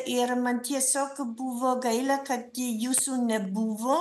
ir man tiesiog buvo gaila kad jūsų nebuvo